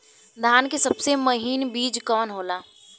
धान के सबसे महीन बिज कवन होला?